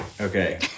Okay